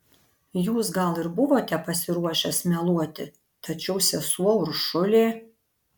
jūs gal ir buvote pasiruošęs meluoti tačiau sesuo uršulė